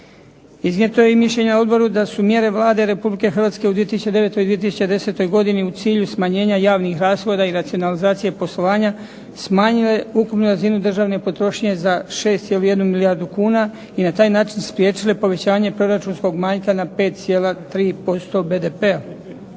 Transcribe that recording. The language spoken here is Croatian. Iznijeto i mišljenje u odboru da su mjere Vlade Republike Hrvatske u 2009. i 2010. godini u cilju smanjenja javnih rashoda i racionalizacije poslovanja smanjene na ukupnoj razini državne potrošnje za 6,1 milijardu kuna, i na taj način spriječile povećanje proračunskog manjka na 5,3% BDP-a.